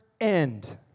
end